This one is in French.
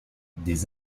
des